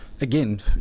again